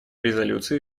резолюции